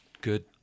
good